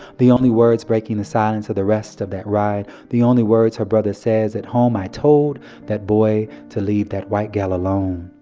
the only words breaking the silence of the rest of that ride the only words her brother says at home i told that boy to leave that white gal alone.